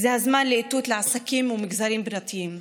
זה הזמן לאיתות לעסקים ומגזרים פרטיים.